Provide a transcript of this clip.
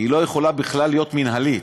היא לא יכולה בכלל להיות מינהלית.